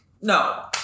no